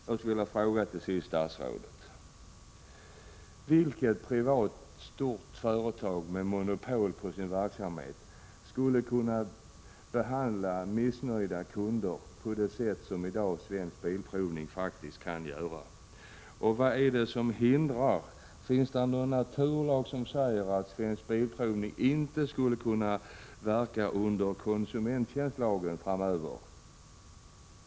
Jag skulle till sist vilja fråga statsrådet: Vilket privat stort företag med monopol på sin verksamhet skulle kunna behandla missnöjda kunder på det sätt som Svensk Bilprovning i dag faktiskt kan göra? Finns det någon naturlag som säger att Svensk Bilprovning inte skulle kunna verka under konsumenttjänstlagen framöver?